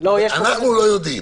אנחנו לא יודעים.